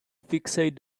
fixate